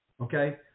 okay